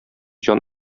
җан